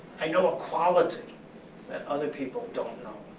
i know a quality that other people don't know.